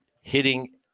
hitting